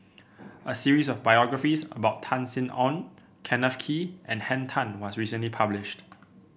a series of biographies about Tan Sin Aun Kenneth Kee and Henn Tan was recently published